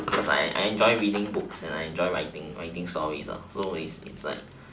because I I enjoy reading books and I enjoy writing stories so it's like